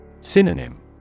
Synonym